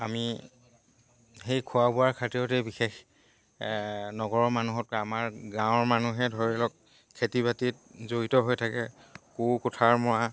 আমি সেই খোৱা বোৱাৰ খাতিৰতে বিশেষকে নগৰৰ মানুহক আমাৰ গাঁৱৰ মানুহে ধৰি লওক খেতি বাতিত জড়িত হৈ থাকে কোৰ কোঠাৰ মৰা